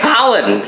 Colin